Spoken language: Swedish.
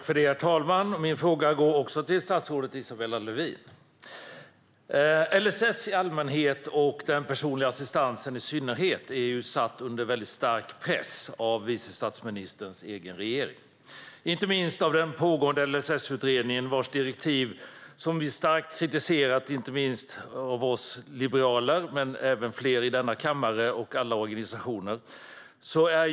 Herr talman! Min fråga går också till statsrådet Isabella Lövin. LSS i allmänhet och den personliga assistansen i synnerhet är satta under stark press av vice statsministerns egen regering. Det beror inte minst på direktiven till den pågående LSS-utredningen, som är starkt kritiserade av oss liberaler men även fler i denna kammare och alla organisationer.